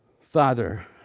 Father